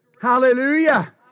Hallelujah